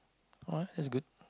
oh that's good